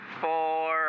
four